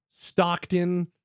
Stockton